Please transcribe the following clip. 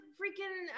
freaking